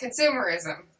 Consumerism